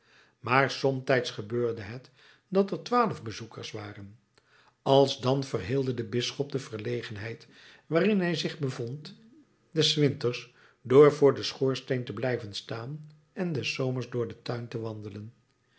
maar somtijds gebeurde het dat er twaalf bezoekers waren alsdan verheelde de bisschop de verlegenheid waarin hij zich bevond des winters door voor den schoorsteen te blijven staan en des zomers door in den tuin te wandelen